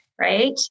Right